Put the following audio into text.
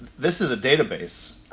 this is a database,